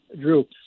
Drew